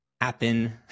happen